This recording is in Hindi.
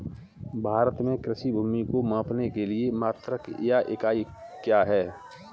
भारत में कृषि भूमि को मापने के लिए मात्रक या इकाई क्या है?